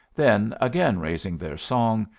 then again raising their song,